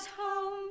home